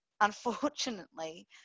unfortunately